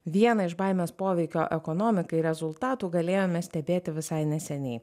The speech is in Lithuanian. vieną iš baimės poveikio ekonomikai rezultatų galėjome stebėti visai neseniai